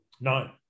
No